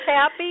happy